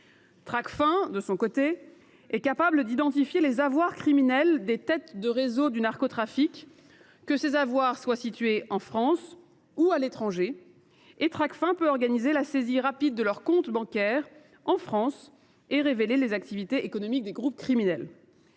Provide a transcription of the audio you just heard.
Tracfin, lui, est capable d’identifier les avoirs criminels des têtes de réseau du narcotrafic, que ces avoirs soient situés en France ou à l’étranger, et il peut organiser la saisie rapide de leurs comptes bancaires en France et révéler les activités économiques des groupes criminels.